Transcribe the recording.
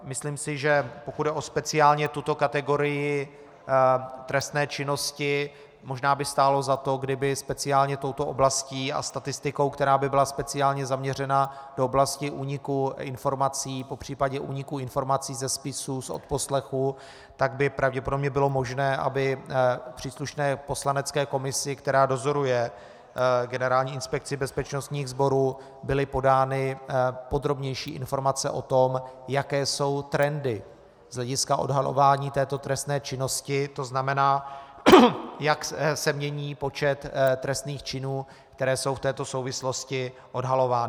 Myslím si, že pokud jde speciálně o tuto kategorii trestné činnosti, možná by stálo za to, kdyby touto oblastí a statistikou, která by byla speciálně zaměřena do oblasti úniku informací, popř. úniku informací ze spisů, z odposlechů, tak by pravděpodobně bylo možné, aby příslušné poslanecké komisi, která dozoruje Generální inspekci bezpečnostních sborů, byly podány podrobnější informace o tom, jaké jsou trendy z hlediska odhalování této trestné činnosti, tzn. jak se mění počet trestných činů, které jsou v této souvislosti odhalovány.